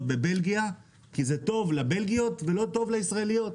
בבלגיה כי זה טוב לבלגיות ולא טוב לישראליות.